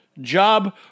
Job